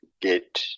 get